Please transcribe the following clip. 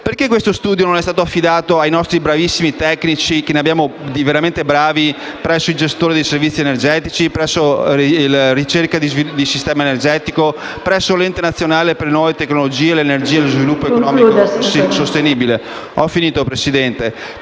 perché questo studio non è stato affidato i nostri bravissimi tecnici, veramente bravi, presso il Gestore dei servizi energetici, ricerca di sistema energetico e l'ente nazionale per le nuove tecnologie, l'energia, e lo sviluppo economico sostenibile? Perché continuare